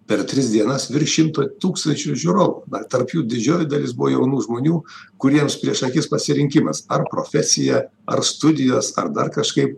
per tris dienas virš šimto tūkstančių žiūrovų tarp jų didžioji dalis buvo jaunų žmonių kuriems prieš akis pasirinkimas ar profesija ar studijos ar dar kažkaip